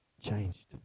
changed